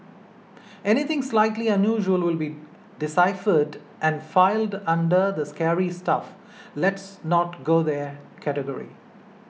anything slightly unusual will be deciphered and filed under the scary stuff let's not go there category